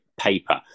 paper